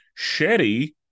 Shetty